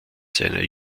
seiner